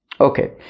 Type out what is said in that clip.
Okay